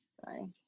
Sorry